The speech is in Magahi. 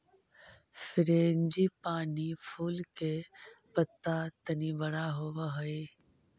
फ्रेंजीपानी फूल के पत्त्ता तनी बड़ा होवऽ हई